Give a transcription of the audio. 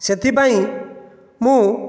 ସେଥିପାଇଁ ମୁଁ